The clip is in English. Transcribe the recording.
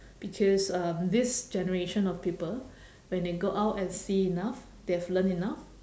because um this generation of people when they go out and see enough they have learnt enough